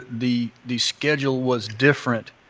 the the schedule was different.